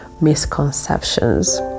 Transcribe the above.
misconceptions